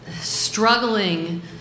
struggling